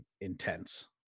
intense